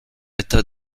état